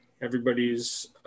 everybody's